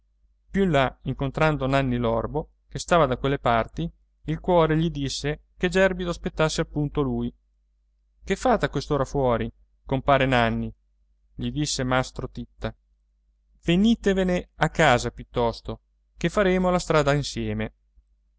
in là incontrando nanni l'orbo che stava da quelle parti il cuore gli disse che gerbido aspettasse appunto lui che fate a quest'ora fuori compare nanni gli disse mastro titta venitevene a casa piuttosto che faremo la strada insieme